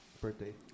birthday